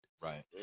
Right